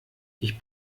ich